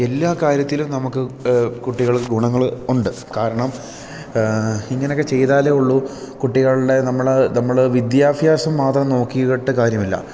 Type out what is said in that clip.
എല്ലാ കാര്യത്തിലും നമുക്ക് കുട്ടികൾക്ക് ഗുണങ്ങൾ ഉണ്ട് കാരണം ഇങ്ങനെയൊക്കെ ചെയ്താലേ ഉള്ളൂ കുട്ടികളുടെ നമ്മൾ നമ്മൾ വിദ്യാഭ്യാസം മാത്രം നോക്കിയിട്ട് കാര്യമില്ല